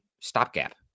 stopgap